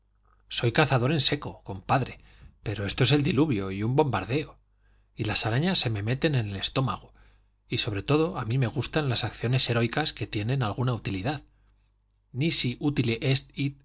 soy cazador en seco compadre pero esto es el diluvio y un bombardeo y las arañas se me meten en el estómago y sobre todo a mí me gustan las acciones heroicas que tienen alguna utilidad nisi utile